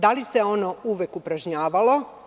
Da li se ono uvek upražnjavalo?